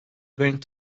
going